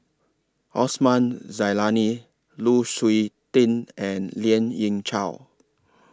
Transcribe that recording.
Osman Zailani Lu Suitin and Lien Ying Chow